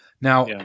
Now